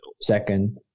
second